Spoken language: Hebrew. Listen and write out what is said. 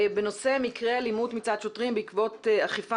בנושא מקרי אלימות מצד שוטרים בעקבות אכיפה